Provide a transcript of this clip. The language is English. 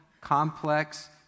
complex